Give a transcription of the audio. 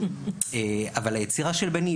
אבל היצירה של בני,